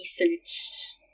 research